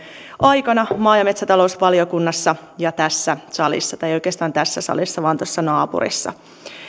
aikana maa ja metsätalousvaliokunnassa ja tässä salissa tai ei oikeastaan tässä salissa vaan tuossa naapurissa